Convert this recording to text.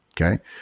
Okay